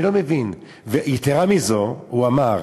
יתרה מזאת, הוא אמר: